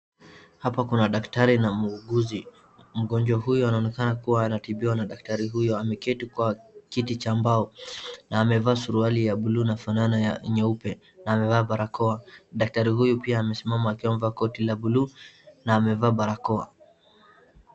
Hapa kuna daktari na muuguzi. Mgonjwa huyu anaonekana kuwa anatibiwa na daktari huyu ameketi kwenye kiti cha mbao na amevaa suruari ya bluu na funa nyeupe na amevaa barakoa. Daktari huyu pia amesimama akiwa amevaa koti la bluu na amevaa barakoa.